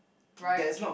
right